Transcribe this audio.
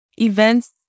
events